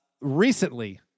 recently